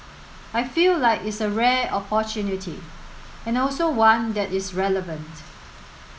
I feel like it's a rare opportunity and also one that is relevant